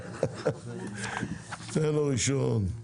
ניתן לו ראשון.